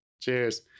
Cheers